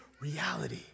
reality